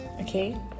okay